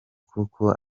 kuko